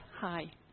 Hi